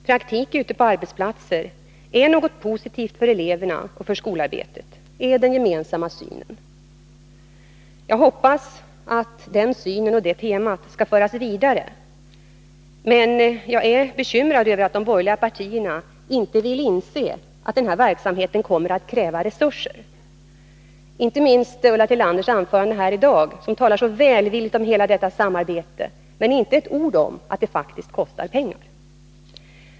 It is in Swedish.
Praktik ute på arbetsplatser är något positivt för eleverna och för skolarbetet, det är den gemensamma synen. Jag hoppas detta tema skall föras vidare men är bekymrad över att de borgerliga partierna inte vill inse att denna verksamhet kommer att kräva resurser. I sitt anförande här i dag talar Ulla Tillander välvilligt om detta samarbete, men hon säger inte ett ord om att det kostar pengar.